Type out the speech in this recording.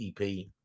EP